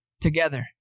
together